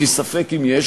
כי ספק אם יש,